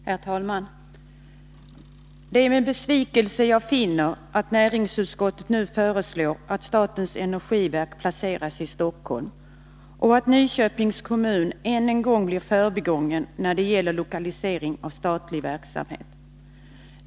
Herr talman! Det är med besvikelse jag finner att näringsutskottet nu föreslår att statens energiverk placeras i Stockholm och att Nyköpings kommun än en gång blir förbigången när det gäller lokalisering av statlig verksamhet.